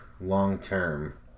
long-term